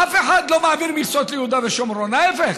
אף אחד לא מעביר מכסות ליהודה ושומרון, ההפך: